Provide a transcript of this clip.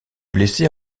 blessé